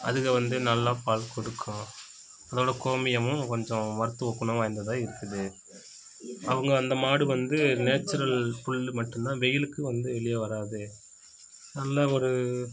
அதுங்க வந்து நல்லா பால் கொடுக்கும் அதோடய கோமியமும் கொஞ்சம் மருத்துவக் குணம் வாய்ந்ததாக இருக்குது அவங்க அந்த மாடு வந்து நேச்சுரல் புல் மட்டும் தான் வெயிலுக்கு வந்து வெளிய வராது நல்ல ஒரு